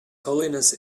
holiness